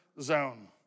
zone